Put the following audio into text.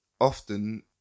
often